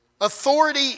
Authority